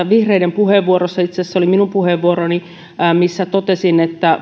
vihreiden puheenvuorossa todettiin itse asiassa se oli minun puheenvuoroni missä näin totesin että